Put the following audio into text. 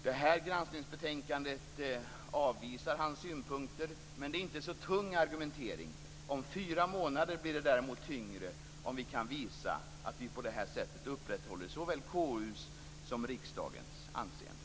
Det här granskningsbetänkandet avvisar hans synpunkter, men det är inte så tung argumentering. Om fyra månader blir den däremot tyngre. Då kan vi visa att vi på det här sättet upprätthåller såväl KU:s som riksdagens anseende.